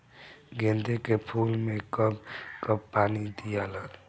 गेंदे के फूल मे कब कब पानी दियाला?